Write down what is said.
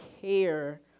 care